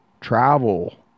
Travel